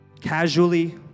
casually